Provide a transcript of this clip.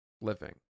living